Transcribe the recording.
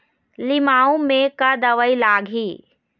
लिमाऊ मे का दवई लागिही?